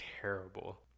terrible